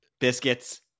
Biscuits